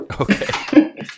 Okay